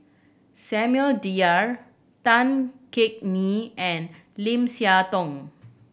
Samuel Dyer Tan Yeok Nee and Lim Siah Tong